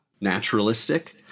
naturalistic